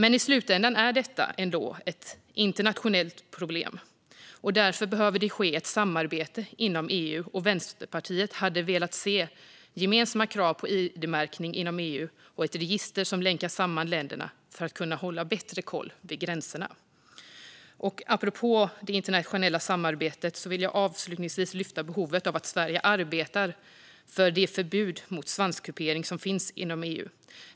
I slutändan är detta ändå ett internationellt problem, och därför behöver det ske ett samarbete inom EU. Vänsterpartiet hade velat se gemensamma krav på id-märkning inom EU och ett register som länkar samman länderna för att kunna hålla bättre koll vid gränserna. Apropå det internationella samarbetet vill jag avslutningsvis lyfta behovet av att Sverige arbetar för det förbud mot svanskupering som finns inom EU.